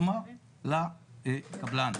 כלומר, לקבלן.